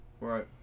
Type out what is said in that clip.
Right